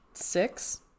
Six